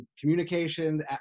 communication